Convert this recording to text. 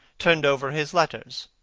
turned over his letters.